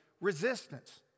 resistance